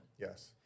yes